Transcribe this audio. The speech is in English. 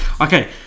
Okay